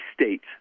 State